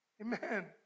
Amen